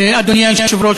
אדוני היושב-ראש,